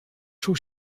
czuł